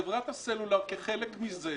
חברת הסלולר כחלק מזה,